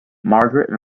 margaret